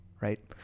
right